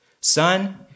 Son